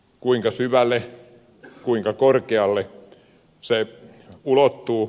kuinka syvälle kuinka korkealle se ulottuu